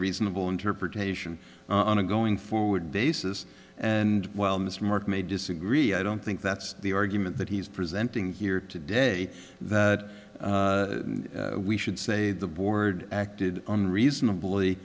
reasonable interpretation on a going forward basis and while mr mark may disagree i don't think that's the argument that he's presenting here today that we should say the board acted reasonably